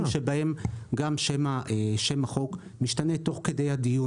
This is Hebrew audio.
יש מקרים שבהם גם שם החוק משתנה תוך כדי הדיון.